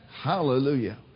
Hallelujah